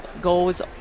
goes